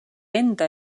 enda